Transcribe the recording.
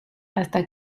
hasta